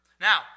Now